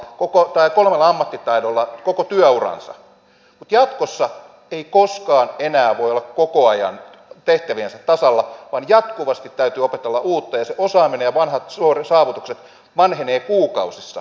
pukua tai kolmella ammattitaidolla koko työuransa mutta jatkossa ei koskaan enää voi olla koko ajan tehtäviensä tasalla vaan jatkuvasti täytyy opetella uutta ja se osaaminen ja vanhat saavutukset vanhenevat kuukausissa eivät vuosikymmenissä